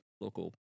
local